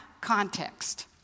context